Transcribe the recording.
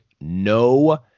No